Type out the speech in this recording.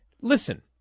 Listen